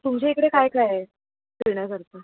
तुमच्या इकडे काय काय आहे फिरण्यासारखं